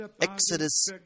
Exodus